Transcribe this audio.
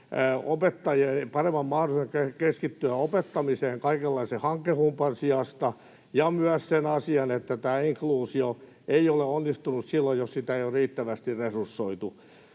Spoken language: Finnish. paremman mahdollisuuden keskittyä opettamiseen kaikenlaisen hankehumpan sijasta ja myös sen asian, että inkluusio ei ole onnistunut silloin, jos sitä ei ole riittävästi resursoitu.